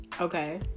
Okay